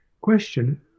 question